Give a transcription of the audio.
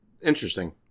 interesting